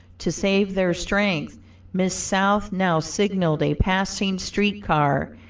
to save their strength miss south now signalled a passing street car,